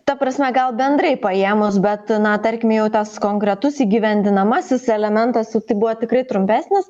ta prasme gal bendrai paėmus bet na tarkim jau tas konkretus įgyvendinamasis elementas jau tai buvo tikrai trumpesnis